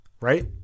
right